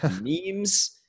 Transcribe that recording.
memes